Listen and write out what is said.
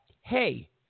hey